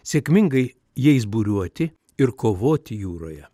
sėkmingai jais buriuoti ir kovoti jūroje